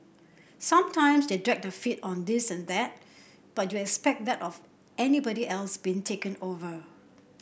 sometimes they dragged their feet on this and that but you expect that of anybody else being taken over